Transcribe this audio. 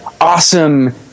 awesome